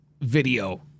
video